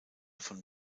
von